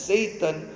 Satan